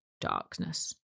darkness